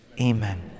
amen